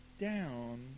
down